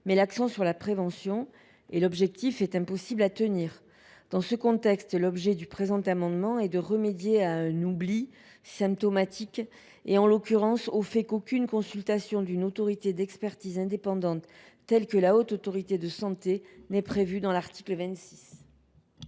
met l’accent sur la prévention. L’objectif est impossible à tenir. Dans ce contexte, l’objet du présent amendement est de remédier à un « oubli » symptomatique, en l’occurrence au fait qu’aucune consultation d’une autorité d’expertise indépendante, telle que la Haute Autorité de santé, n’est prévue à l’article 26.